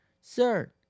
sir